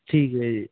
ਠੀਕ ਹੈ ਜੀ